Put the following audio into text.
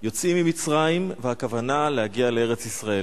יוצאים ממצרים והכוונה להגיע לארץ-ישראל.